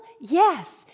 Yes